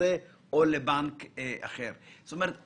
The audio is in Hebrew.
זאת אומרת,